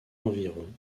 environ